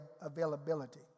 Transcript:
availability